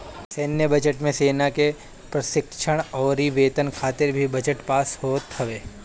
सैन्य बजट मे सेना के प्रशिक्षण अउरी वेतन खातिर भी बजट पास होत हवे